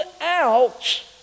out